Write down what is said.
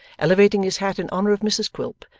elevating his hat in honour of mrs quilp,